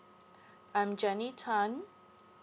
I'm J E N N Y T A N